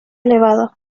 elevado